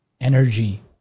Energy